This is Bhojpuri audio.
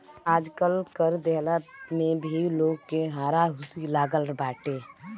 आजकल कर देहला में भी लोग के हारा हुसी लागल बाटे